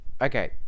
Okay